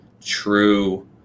true